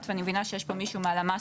ואני מבינה שיש פה מישהו מהלמ"ס,